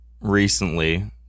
recently –